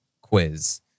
quiz